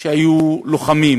שהיו לוחמים,